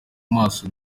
maso